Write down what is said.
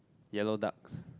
yellow ducks